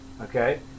Okay